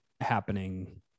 happening